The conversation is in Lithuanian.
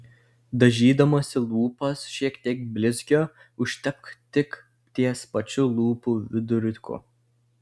dažydamasi lūpas šiek tiek blizgio užtepk tik ties pačiu lūpų viduriuku